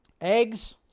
eggs